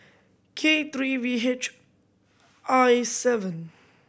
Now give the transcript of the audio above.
K three V H I seven